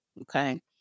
Okay